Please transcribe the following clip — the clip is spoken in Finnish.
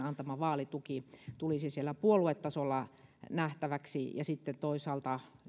vaalituki tulisi siellä puoluetasolla nähtäväksi ja sitten toisaalta